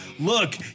Look